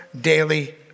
daily